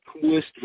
coolest